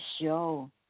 show